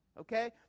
Okay